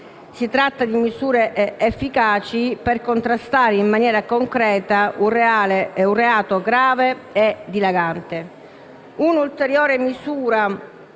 Si tratta di misure efficaci per contrastare in maniera concreta un reato grave e dilagante.